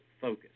focus